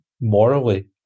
morally